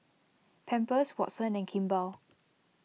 Pampers Watsons and Kimball